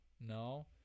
no